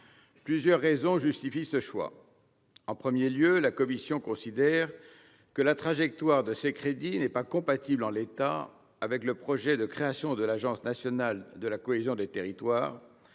Plusieurs raisons justifient ce choix. En premier lieu, la commission considère que la trajectoire de ces crédits n'est pas compatible, en l'état, avec le projet de création de l'agence nationale de la cohésion des territoires.